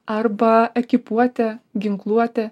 arba ekipuotė ginkluotė